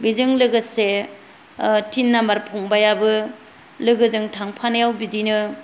बिजों लोगोसे तिन नामबार फंबायाबो लोगोजों थांफानायाव बिदिनो